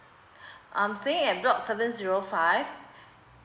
I'm staying at block seven zero five